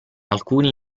alcuni